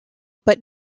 but